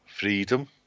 Freedom